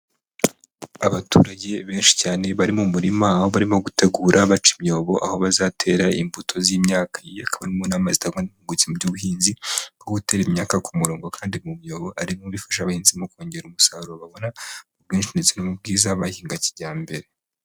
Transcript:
Abaturage benshi cyane bari mu murima aho barimo gutegura baca imyobo aho bazatera imbuto z'imyaka, iyi ikaba ari imwe mu nama zitangwa n'impuguke mu by'ubuhinzi nko gutera imyaka ku murongo kandi mu byobo arimwe mu bifasha abahinzi mu kongera umusaruro babona ubwinshi ndetse no mu bwiza bahinga kijyambere.